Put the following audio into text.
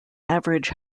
average